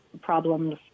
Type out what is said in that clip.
problems